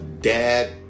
dad